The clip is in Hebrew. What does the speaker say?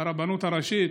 ברבנות הראשית,